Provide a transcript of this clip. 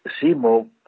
Simo